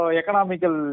economical